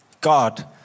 God